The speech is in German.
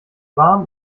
warm